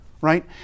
Right